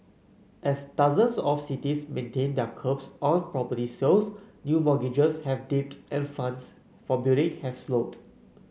as dozens of cities maintain their curbs on property sales new mortgages have dipped and funds for building have slowed